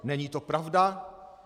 Není to pravda.